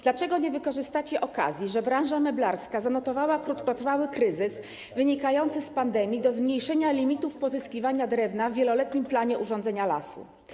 Dlaczego nie wykorzystacie okazji, że branża meblarska zanotowała krótkotrwały kryzys wynikający z pandemii, do zmniejszenia limitów pozyskiwania drewna w wieloletnim planie urządzenia lasu?